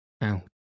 out